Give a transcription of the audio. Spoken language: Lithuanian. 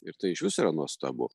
ir tai išvis yra nuostabu